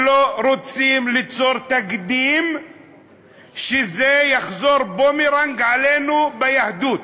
לא רוצים ליצור תקדים שזה יחזור כבומרנג אלינו ביהדות.